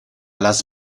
las